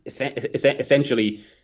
essentially